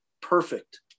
perfect